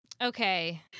Okay